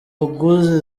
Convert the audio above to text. waguze